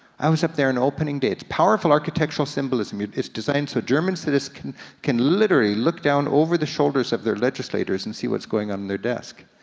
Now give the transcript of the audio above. i was up there on and opening day. it's powerful architectural symbolism. it's designed so german citizens can can literally look down over the shoulders of their legislators and see what's going on on their desk.